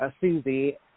Susie